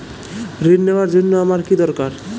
ঋণ নেওয়ার জন্য আমার কী দরকার?